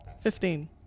Fifteen